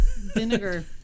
vinegar